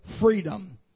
freedom